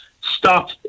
Stop